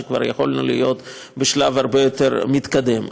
כשכבר יכולנו להיות בשלב הרבה יותר מתקדם.